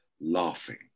laughing